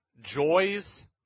joys